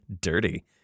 Dirty